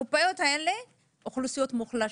הקופאיות האלה הן אוכלוסיות מוחלשות,